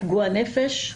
פגוע נפש.